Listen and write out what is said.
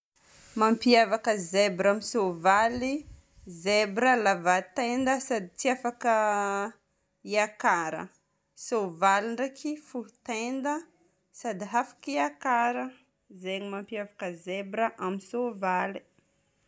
Mampiavaka zebra amin'ny soavaly: zebra lava tenda sady tsy afaka iakara. Soavaly ndraiky fohy tenda sady afaka iakaragna. Zegny mampiavaka zebra amin'ny soavaly.